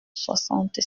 soixante